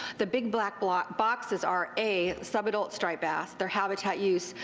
the big black black boxes are a sub-adult striped bass, their habitat use,